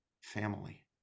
family